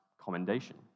commendation